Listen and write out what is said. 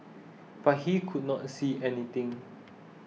but he could not see anything